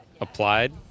applied